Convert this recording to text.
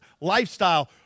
lifestyle